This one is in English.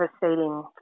devastating